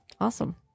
Awesome